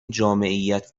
جامعیت